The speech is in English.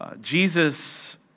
Jesus